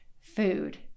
food